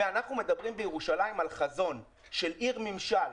ואנחנו מדברים בירושלים על חזון של עיר ממשל,